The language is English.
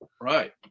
right